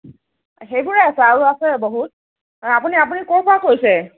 সেইবোৰে আছে আৰু আছে বহুত আপুনি আপুনি ক'ৰ পৰা কৈছে